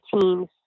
teams